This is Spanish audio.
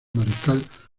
mariscal